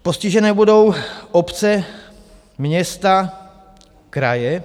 Postižené budou obce, města, kraje.